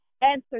answer